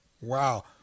wow